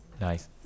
nice